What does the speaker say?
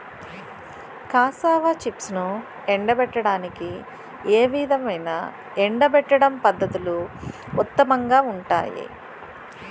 Cassava చిప్స్ను ఎండబెట్టడానికి ఏ విధమైన ఎండబెట్టడం పద్ధతులు ఉత్తమంగా ఉంటాయి?